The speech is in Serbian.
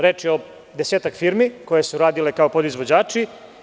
Reč je o desetak firme koje su radile kao podizvođači.